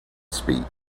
speak